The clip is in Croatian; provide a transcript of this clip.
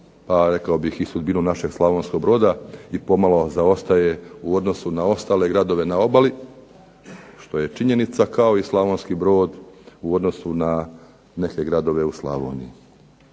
pa rekao bih i sudbinu našeg Slavonskog Broda, i pomalo zaostaje u odnosu na ostale gradove na obali, što je činjenica, kao i Slavonski Brod u odnosu na neke gradove u Slavoniji.